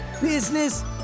business